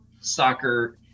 soccer